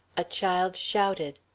a child shouted.